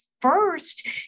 first